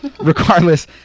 Regardless